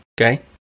okay